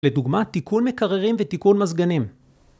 לדוגמא, תיקון מקררים ותיקון מזגנים.